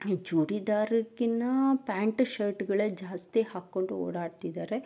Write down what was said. ಇವು ಚೂಡಿದಾರಕ್ಕಿನ್ನಾ ಪ್ಯಾಂಟ್ ಶರ್ಟುಗಳೆ ಜಾಸ್ತಿ ಹಾಕ್ಕೊಂಡು ಓಡಾಡ್ತಿದ್ದಾರೆ